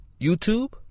YouTube